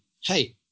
hey